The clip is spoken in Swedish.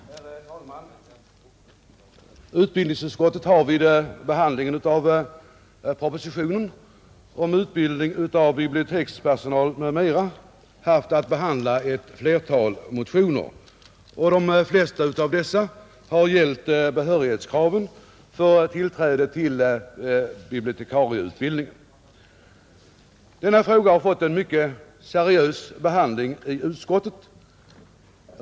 Herr talman! Utbildningsutskottet har vid behandlingen av propositionen om utbildning av bibliotekspersonal m, m. haft att ta ställning till ett flertal motioner, De flesta av dessa gäller behörighetskraven för tillträde till bibliotekarieutbildningen. Denna fråga har fått en mycket seriös behandling i utskottet.